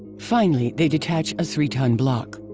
finally, they detach a three ton block.